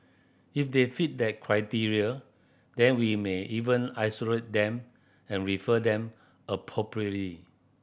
if they fit that criteria then we may even isolate them and refer them appropriately